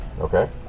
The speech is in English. Okay